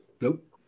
Nope